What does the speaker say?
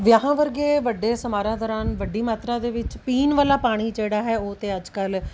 ਵਿਆਹਾਂ ਵਰਗੇ ਵੱਡੇ ਸਮਾਰਾਂ ਦੌਰਾਨ ਵੱਡੀ ਮਾਤਰਾ ਦੇ ਵਿੱਚ ਪੀਣ ਵਾਲਾ ਪਾਣੀ ਜਿਹੜਾ ਹੈ ਉਹ ਤਾਂ ਅੱਜ ਕੱਲ੍ਹ